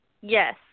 yes